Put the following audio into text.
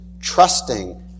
trusting